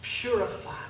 purify